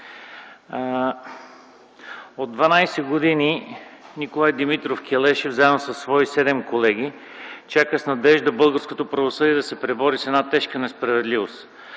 От 12 години Николай Димитров Келешев заедно със свои седем колеги чакат с надежда българското правосъдие да се пребори с една тежка несправедливост.